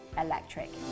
electric